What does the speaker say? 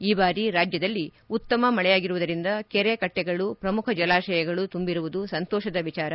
ಈ ಬಾರಿ ರಾಜ್ಯದಲ್ಲಿ ಉತ್ತಮ ಮಳೆಯಾಗಿರುವುದರಿಂದ ಕೆರೆ ಕಟ್ಟೆಗಳು ಶ್ರಮುಖ ಜಲಾಶಯಗಳು ತುಂಬಿರುವುದು ಸಂತೋಷದ ವಿಚಾರ